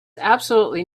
absolutely